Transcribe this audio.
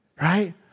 Right